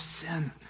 sin